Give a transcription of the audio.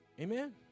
Amen